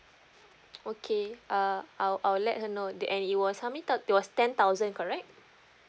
okay err I'll I'll let her know that and it was how many thou~ it was ten thousand correct